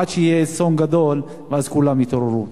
עד שיהיה אסון גדול, ואז כולם יתעוררו.